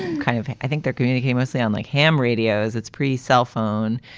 kind of. i think their communique with sound like ham radios, it's pretty cell phone.